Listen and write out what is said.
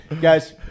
Guys